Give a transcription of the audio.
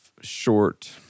short